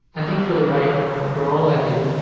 i think for the right girl i could